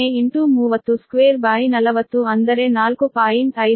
20 240ಅಂದರೆ 4